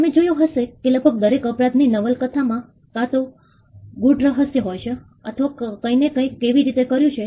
તમે જોયું હશે કે લગભગ દરેક અપરાધ ની નવલકથા માં કાં તો ગૂઢ રહસ્ય હોય છે અથવા કોઈકે કંઈક કેવી રીતે કર્યું છે